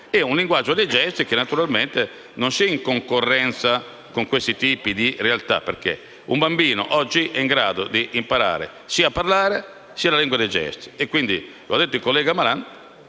a un linguaggio dei gesti che naturalmente non sia in concorrenza con questi tipi di realtà, perché oggi un bambino è in grado di imparare sia a parlare sia ad apprendere la lingua dei segni e quindi - come ha detto il collega Malan